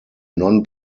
non